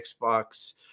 Xbox